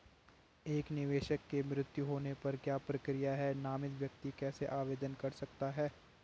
एक निवेशक के मृत्यु होने पर क्या प्रक्रिया है नामित व्यक्ति कैसे आवेदन कर सकता है?